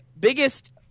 biggest